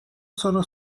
سارا